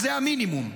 זה המינימום.